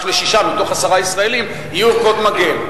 לשישה מתוך עשרה ישראלים יהיו ערכות מגן.